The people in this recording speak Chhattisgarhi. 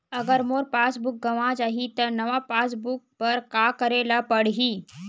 अगर मोर पास बुक गवां जाहि त नवा पास बुक बर का करे ल पड़हि?